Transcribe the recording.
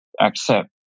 accept